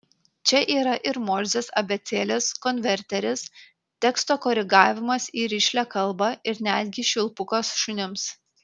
čia yra ir morzės abėcėlės konverteris teksto koregavimas į rišlią kalbą ir netgi švilpukas šunims